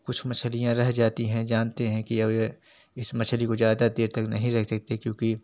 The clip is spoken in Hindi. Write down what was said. कुछ मछलियाँ रह जाती हैं जानते हैं कि अब इस मछली को ज़्यादा देर तक नहीं रख सकते क्योंकि